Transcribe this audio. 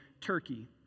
Turkey